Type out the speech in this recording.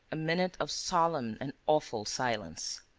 a minute of solemn and awful silence.